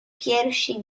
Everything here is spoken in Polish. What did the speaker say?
piersi